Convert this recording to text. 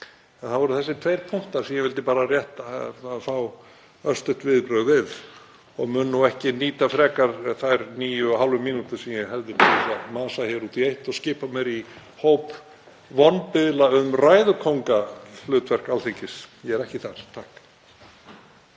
það voru þessir tveir punktar sem ég vildi bara rétt fá örstutt viðbrögð við og mun ekki nýta frekar þær níu og hálfu mínútu sem ég hef til að masa hér út í eitt og skipa mér í hóp biðla um ræðukóngahlutverk Alþingis. Ég er ekki þar.